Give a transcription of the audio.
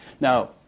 Now